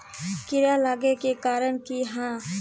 कीड़ा लागे के कारण की हाँ?